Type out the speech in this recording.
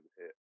hit